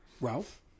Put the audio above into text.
Ralph